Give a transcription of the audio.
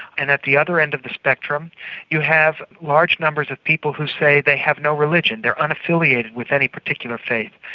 and at the other end of the spectrum you have large numbers of people who say they have no religion they're unaffiliated with any particular faith.